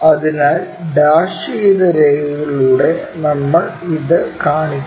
അതിനാൽ ഡാഷ് ചെയ്ത രേഖകളിലൂടെ നമ്മൾ ഇത് കാണിക്കുന്നു